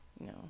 No